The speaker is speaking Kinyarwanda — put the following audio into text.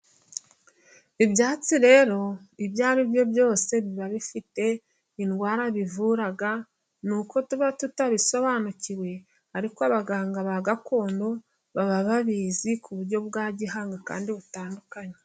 Ibyatsi rero， ibyo ari byo byose biba bifite indwara bivura， ni uko tuba tutabisobanukiwe， ariko abaganga ba gakondo，baba babizi ku buryo bwa gihanga， kandi butandukanye.